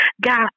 God